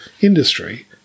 industry